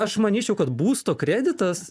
aš manyčiau kad būsto kreditas